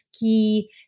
key